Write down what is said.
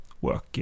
work